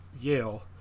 Yale